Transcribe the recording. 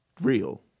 real